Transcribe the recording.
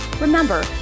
remember